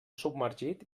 submergit